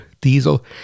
diesel